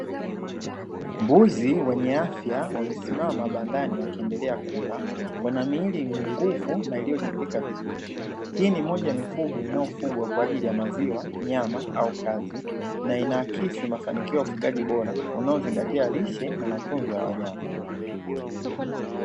Mbuzi wenye afya wamesimama bandani, wakiendelea kula, wana miili, min'guvu na iliyojengeka vizuri. Hii ni moja ya mifugo inayofugwa kwa ajili ya maziwa, nyama au kazi na inaakisi mafanikio ya ufugaji bora unaozingatia lishe na matunzo ya wanyama.